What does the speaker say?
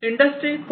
industry 4